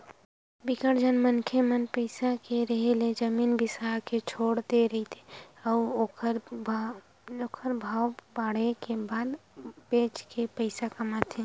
बिकट झन मनखे मन पइसा के रेहे ले जमीन बिसा के छोड़ दे रहिथे अउ ओखर भाव बाड़हे के बाद बेच के पइसा कमाथे